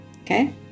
okay